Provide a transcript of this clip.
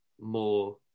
more